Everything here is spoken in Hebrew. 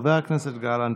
חבר הכנסת גלנט,